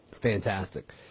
Fantastic